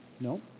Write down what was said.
No